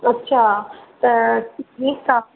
अच्छा त ठीकु आहे